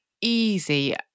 easy